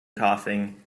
coughing